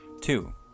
Two